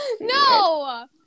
No